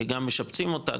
כי גם משפצים אותה,